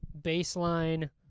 baseline